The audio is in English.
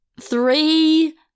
Three